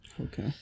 okay